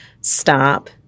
stop